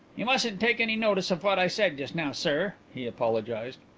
you mustn't take any notice of what i said just now, sir, he apologized.